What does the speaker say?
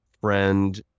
friend